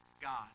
God